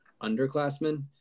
underclassmen